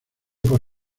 por